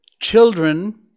Children